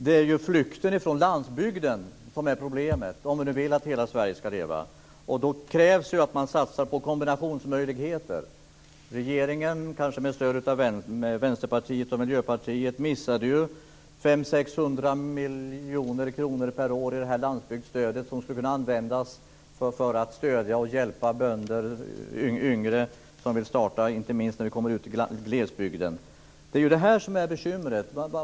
Det är flykten från landsbygden som är problemet om vi nu vill att hela Sverige ska leva. Då krävs det att man satsar på kombinationsmöjligheter. Regeringen missade, kanske med stöd av Vänsterpartiet och Miljöpartiet, 500-600 miljoner kronor per år i det landsbygdstöd som skulle kunna användas för att stödja och hjälpa yngre bönder inte minst när de kommer ut i glesbygden. Det är detta som är bekymret.